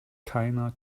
keiner